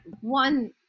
one